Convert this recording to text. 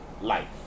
life